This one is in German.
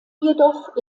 jedoch